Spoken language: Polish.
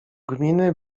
gminy